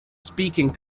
speaking